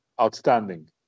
outstanding